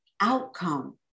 outcome